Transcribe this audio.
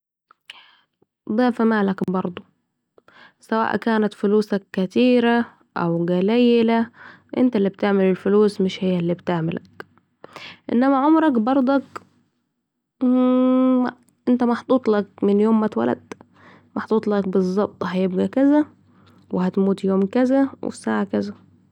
ضعف مالك بردوا سواء اكانت فلوسك كتيره أو قليلة أنت الي بتعمل الفلوس مش هي الي بتعملك ، إنما عمرك برضك أنت محطوط لك من يوم ما اتولدت محطوط لك بظبط هيبقي كذه و هتموت يوم كذه و الساعه كذه